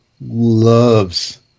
loves